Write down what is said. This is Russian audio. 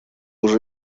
уже